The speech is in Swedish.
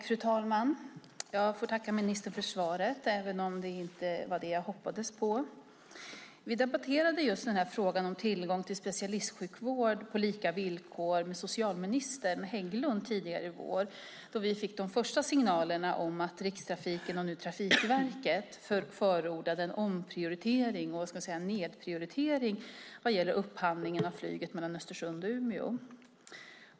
Fru talman! Jag får tacka ministern för svaret även om det inte var det jag hoppades på. Vi debatterade just den här frågan om tillgång till specialistsjukvård på lika villkor med socialminister Hägglund tidigare i vår, då vi fick de första signalerna om att Rikstrafiken och nu Trafikverket förordade en omprioritering, eller ska vi säga nedprioritering, vad gäller upphandlingen av flyget mellan Östersund och Umeå.